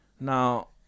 now